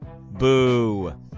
Boo